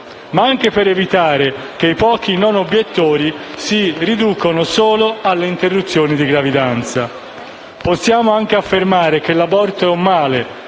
ma anche per evitare che i pochi non obiettori si riducano solo alle interruzioni di gravidanza. Possiamo anche affermare che l'aborto è un male,